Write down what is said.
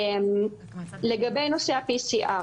לגבי נושא ה-PCR